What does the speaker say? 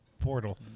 portal